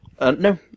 no